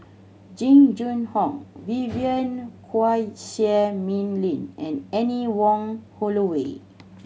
Jing Jun Hong Vivien Quahe Seah Mei Lin and Anne Wong Holloway